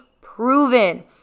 proven